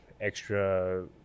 extra